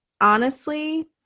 honestly-